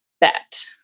bet